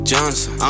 Johnson